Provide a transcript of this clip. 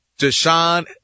Deshaun